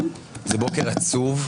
זה בוקר עצוב.